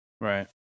Right